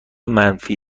منفی